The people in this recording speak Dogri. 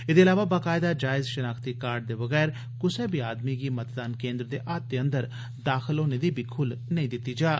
एदे इलावा बाकायदा जायज़ शनाख्ती कार्ड दे बगैरा कुसै बी आदमी गी मतदान केन्द्रै दे अहाते अन्दर दाखल होने दी खुल्ल बी नेई दिती जाग